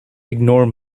ignore